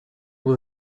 will